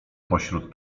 pośród